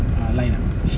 uh line ah